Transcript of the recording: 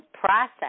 process